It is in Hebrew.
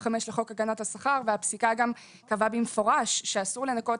25 לחוק הגנת השכר והפסיקה גם קבעה במפורש שאסור לנכות